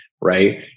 right